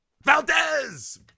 Valdez